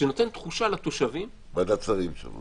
שנותן תחושה לתושבים --- ועדת שרים שם,